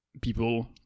people